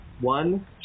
One